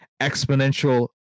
exponential